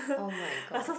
oh-my-god